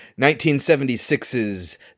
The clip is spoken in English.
1976's